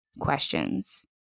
questions